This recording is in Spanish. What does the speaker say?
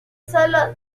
solo